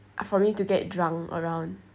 for me to get drunk around